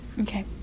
Okay